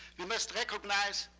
we must recognize